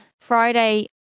Friday